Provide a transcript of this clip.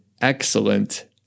excellent